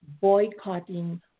boycotting